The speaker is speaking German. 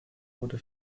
wurde